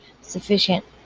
sufficient